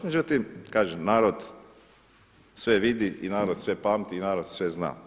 Međutim, kažem narod sve vidi i narod sve pamti i narod sve zna.